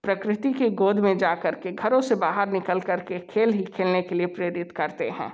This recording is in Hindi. प्रकृति के गोद में जाकर के घरों से बाहर निकल करके खेल ही खेलने के लिए प्रेरित करते हैं